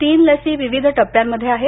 तीन लशी विविध टप्प्यांमध्ये आहेत